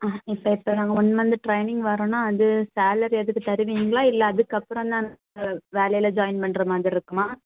ஆ இப்போ இப்போ நாங்க ஒன் மந்து ட்ரைனிங் வரோன்னா அது சேலரி அதுக்கு தருவீங்களா இல்லை அதுக்கப்புறம் தான் வேலையில் ஜாயின் பண்ணுற மாதிரிருக்குமா